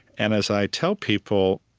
and as i tell people,